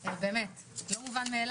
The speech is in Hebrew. זה באמת לא מובן מאליו,